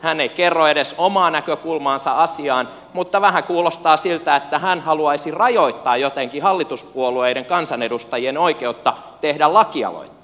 hän ei edes kerro omaa näkökulmaansa asiaan mutta vähän kuulostaa siltä että hän haluaisi rajoittaa jotenkin hallituspuolueiden kansanedustajien oikeutta tehdä lakialoitteita